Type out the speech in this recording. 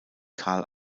carl